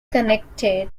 connected